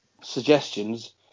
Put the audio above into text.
suggestions